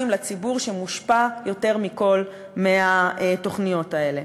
לציבור שמושפע יותר מכול מהתוכניות האלה.